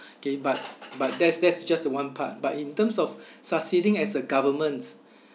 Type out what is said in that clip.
okay but that's that's just one part but in terms of succeeding as a government